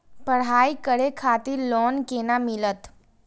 पढ़ाई करे खातिर लोन केना मिलत?